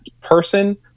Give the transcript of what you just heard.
person